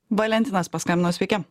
valentinas paskambino sveiki